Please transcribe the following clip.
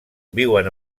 viuen